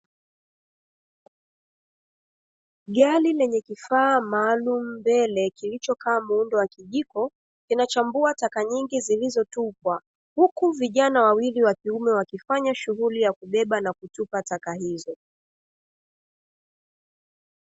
Gari lenye kifaa maalum mbele kilichokaa muundo wa kijiko kinachambua taka nyingi zilizotupwa, huku vijana wawili wakiume wakifanya shughuli ya kubeba na kutupa taka hizo.